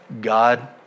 God